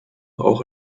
auch